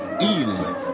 eels